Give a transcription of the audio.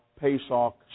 Pesach